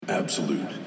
Absolute